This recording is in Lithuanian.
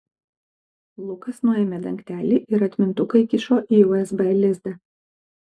lukas nuėmė dangtelį ir atmintuką įkišo į usb lizdą